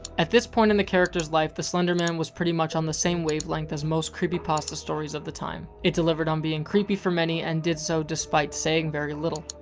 at this point in the character's life, the slender man was pretty much on the same wavelength as most creepypasta stories of the time. it delivered on being creepy for many and did so despite saying very little.